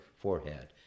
forehead